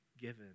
given